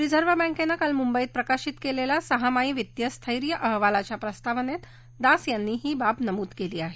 reserve बँकेनं काल मुंबईत प्रकाशित केलेल्या सहामाही वित्तीय स्थैर्य अहवालाच्या प्रस्तावनेत दास यांनी ही बाब नमूद केली आहे